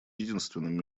единственным